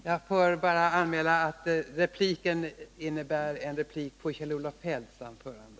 Jag får anmäla att repliken innebär en replik på Kjell-Olof Feldts anförande.